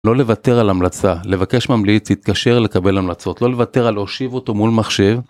לא לוותר על המלצה, לבקש ממליץ להתקשר לקבל המלצות, לא לוותר על להושיב אותו מול מחשב.